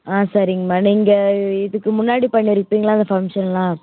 ஆ சரிங்கம்மா நீங்கள் இதுக்கு முன்னாடி பண்ணியிருப்பீங்கல்ல அந்த ஃபங்க்ஷன்லாம்